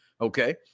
Okay